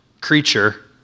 creature